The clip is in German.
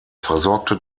versorgte